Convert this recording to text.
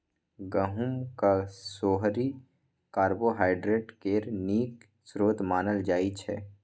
गहुँमक सोहारी कार्बोहाइड्रेट केर नीक स्रोत मानल जाइ छै